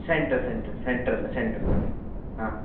centre centre centre में centre में हाँ